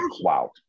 wow